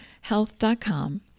health.com